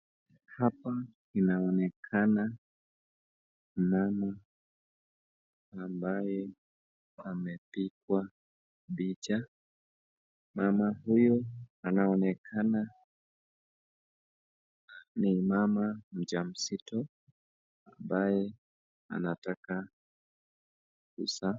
Hapa inaonekana mama ambaye amepigwa picha mama huyu anaonekana ni mama mja mzito ambaye anataka kuzaa.